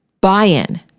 buy-in